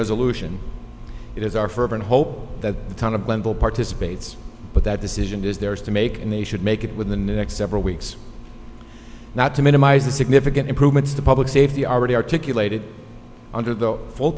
resolution it is our fervent hope that the town of glendale participates but that decision is theirs to make and they should make it with the next several weeks not to minimize the significant improvements to public safety already articulated under the full